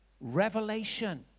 revelation